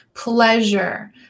pleasure